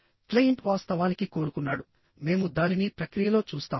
client వాస్తవానికి కోరుకున్నాడు మేము దానిని ప్రక్రియలో చూస్తాము